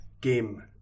game